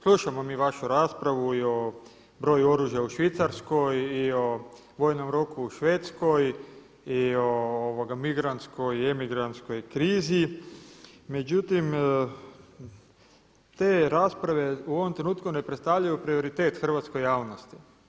Slušamo mi vašu raspravu i o broju oružja u Švicarskoj i o vojnom roku u Švedskoj i o migrantskoj i emigrantskoj krizi međutim te rasprave u ovom trenutku ne predstavljaju prioritet hrvatskoj javnosti.